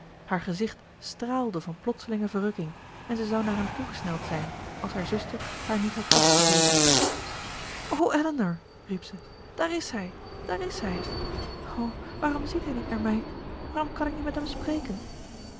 haar gezicht straalde van plotselinge verrukking en zij zou naar hem toegesneld zijn als haar zuster haar niet had vastgegrepen o elinor riep ze daar is hij daar is hij o waarom ziet hij niet naar mij waarom kan ik niet met hem spreken